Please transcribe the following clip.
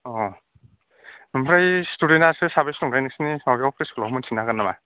अ ओमफ्राय स्टुडेन्टस आसो साबोसे दङथाय नोंसिनि माबायाव फ्रि स्कुलाव मोनथिनो हागोन नामा